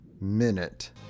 Minute